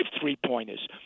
three-pointers